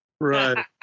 Right